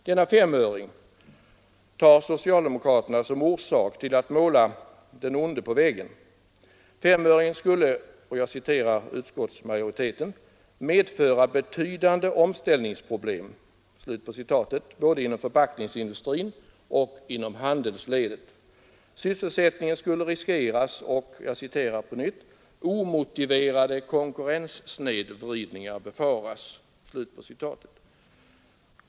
Denna femöring tar socialdemokraterna som orsak till att måla den onde på väggen. Femöringen skulle — enligt utskottsmajoriteten — ”medföra betydande omställningsproblem” både inom förpackningsindustrin och inom handelsledet. Sysselsättningen skulle riskeras och ”omotiverade konkurrenssnedvridningar befaras”.